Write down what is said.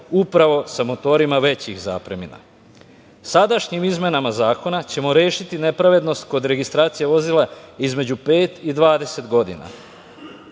upravo sa motorima većih zapremina. Sadašnjim izmenama zakona ćemo rešiti nepravednost kod registracije vozila između pet i 20